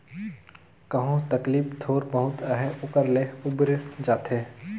कहो तकलीफ थोर बहुत अहे ओकर ले उबेर जाथे